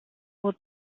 will